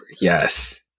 yes